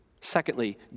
Secondly